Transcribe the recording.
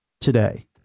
today